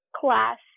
class